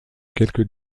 quelques